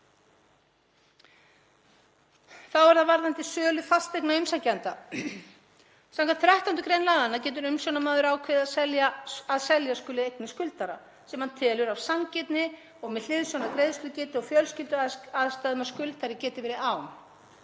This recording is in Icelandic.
Þá er það varðandi sölu fasteigna umsækjenda. Skv. 13. gr. laganna getur umsjónarmaður ákveðið að selja skuli eignir skuldara sem hann telur af sanngirni og með hliðsjón af greiðslugetu og fjölskylduaðstæðum að skuldari geti verið án.